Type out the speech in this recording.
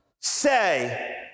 say